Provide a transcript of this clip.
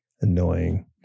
annoying